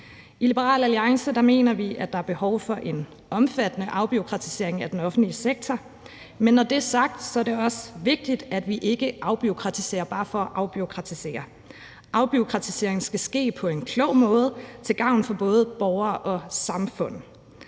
I Liberal Alliance mener vi, at der er behov for en omfattende afbureaukratisering af den offentlige sektor, men når det er sagt, er det også vigtigt, at vi ikke afbureaukratiserer bare for at afbureaukratisere. Afbureaukratiseringen skal ske på en klog måde til gavn for både borgere og samfund.